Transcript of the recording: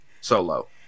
Solo